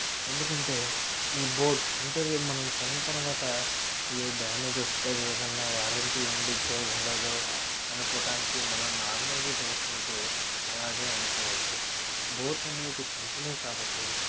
ఎందుకంటే ఈ బోట్ అంటే మనం కొన్న తర్వాత అయ్యో డ్యామేజ్ వస్తుంది ఏమో ఏదైనా వారంటీ ఉంటుందో ఉండదో అనుకోవటానికి మనం నార్మల్వి కొనుక్కుంటే అలాగే అనుకోవచ్చు బోట్ అనేది కంపెనీ కాబట్టి